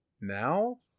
now